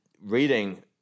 reading